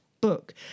book